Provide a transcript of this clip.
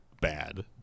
bad